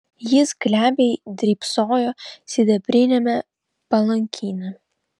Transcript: jis glebiai drybsojo sidabriniame palankine